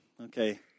Okay